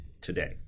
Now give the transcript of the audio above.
today